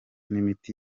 n’imiti